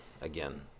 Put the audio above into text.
again